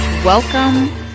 Welcome